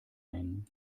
ein